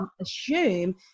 assume